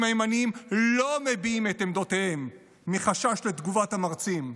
הימנים לא מביעים את עמדותיהם מחשש לתגובת המרצים,